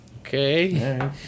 Okay